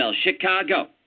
Chicago